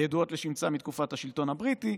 הידועות לשמצה מתקופת השלטון הבריטי,